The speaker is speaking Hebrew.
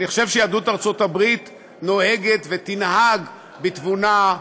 אני חושב שיהדות ארצות הברית נוהגת ותנהג בתבונה,